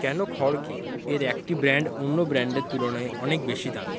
কেন খড়কে এর একটি ব্র্যান্ড অন্য ব্র্যান্ডের তুলনায় অনেক বেশি দামী